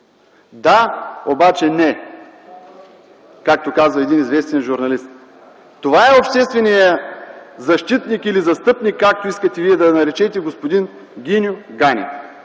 „Да, обаче не”, както казва един известен журналист. Това е общественият защитник или застъпник, както вие искате да наречете господин Гиньо Ганев.